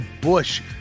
bush